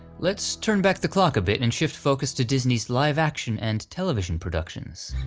let's turn back the clock a bit and shift focus to disney's live action and television productions.